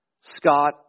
Scott